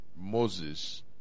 Moses